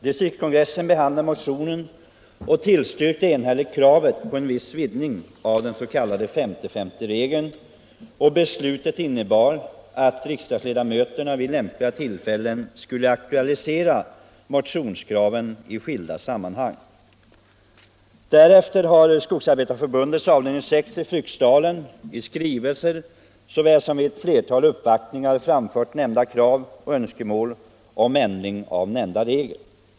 Distriktskongressen behandlade motionen och tillstyrkte enhälligt kravet på en viss vidgning av 50/50 regeln. Beslutet innebar att riksdagsledamöterna vid lämpliga tillfällen skulle aktualisera motionskraven i skilda sammanhang. Därefter har Skogsarbetareförbundets avdelning 6 i Fryksdalen i skrivelser såväl som vid ett flertal uppvaktningar framfört dessa krav och önskemål om ändring av nämnda regel.